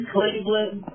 Cleveland